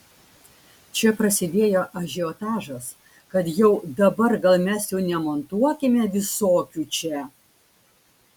čia prasidėjo ažiotažas kad jau dabar gal mes jų nemontuokime visokių čia